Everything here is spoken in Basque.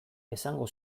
esango